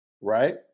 right